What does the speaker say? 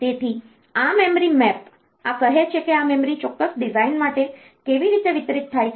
તેથી આ memory map આ કહે છે કે આ મેમરી ચોક્કસ ડિઝાઇન માટે કેવી રીતે વિતરિત થાય છે